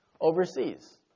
overseas